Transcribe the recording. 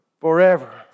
forever